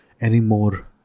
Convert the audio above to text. anymore